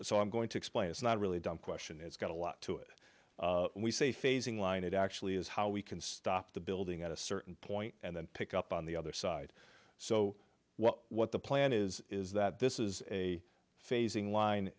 so i'm going to explain it's not really dumb question it's got a lot to it we say phasing line it actually is how we can stop the building at a certain point and then pick up on the other side so what the plan is is that this is a phasing line